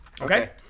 Okay